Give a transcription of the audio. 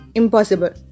impossible